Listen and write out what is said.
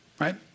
right